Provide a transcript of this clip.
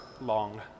long